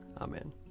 Amen